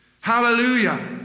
Hallelujah